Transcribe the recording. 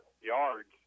yards